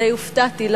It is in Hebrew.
די הופתעתי.